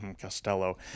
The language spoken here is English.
Costello